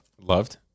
loved